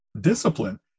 discipline